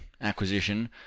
acquisition